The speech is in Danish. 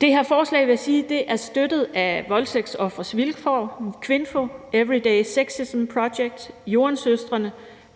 Det her forslag er støttet af Voldtægtsofres Vilkår, KVINFO og Everyday Sexism Project, og Joan-Søstrene